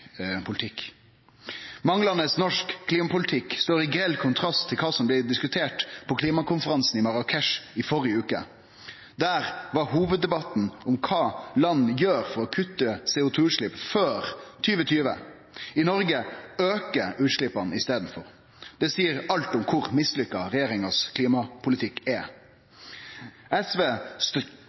politikk. Manglande norsk klimapolitikk står i grell kontrast til kva som blei diskutert på klimakonferansen i Marrakech i førre veke. Der var hovuddebatten om kva land gjer for å kutte CO 2 -utslepp før 2020. I Noreg aukar utsleppa i staden for. Det seier alt om kor mislykka regjeringas klimapolitikk er. SV